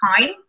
time